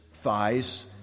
thighs